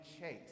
chase